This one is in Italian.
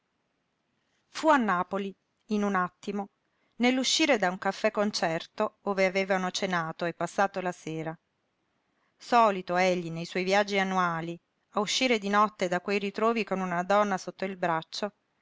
fu a napoli in un attimo nell'uscire da un caffè-concerto ove avevano cenato e passato la sera solito egli nei suoi viaggi annuali a uscire di notte da quei ritrovi con una donna sotto il braccio